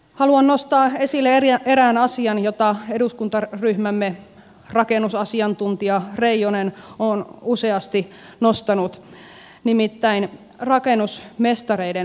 haluan nostaa esille erään asian jota eduskuntaryhmämme rakennusasiantuntija reijonen on useasti nostanut nimittäin rakennusmestareiden merkityksen